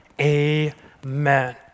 Amen